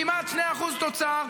כמעט 2% תוצר.